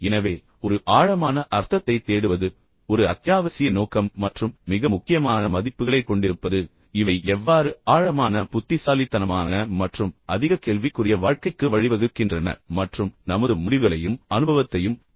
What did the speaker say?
எனவே ஒரு ஆழமான அர்த்தத்தைத் தேடுவது ஒரு அத்தியாவசிய நோக்கம் மற்றும் மிக முக்கியமான மதிப்புகளைக் கொண்டிருப்பது இவை எவ்வாறு ஆழமான புத்திசாலித்தனமான மற்றும் அதிக கேள்விக்குரிய வாழ்க்கைக்கு வழிவகுக்கின்றன மற்றும் நமது முடிவுகளையும் அனுபவத்தையும் பாதிக்கின்றன